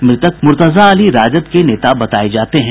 मृतक मुर्तजा अली राजद के नेता बताये जाते हैं